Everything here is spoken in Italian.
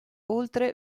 oltre